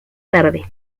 tarde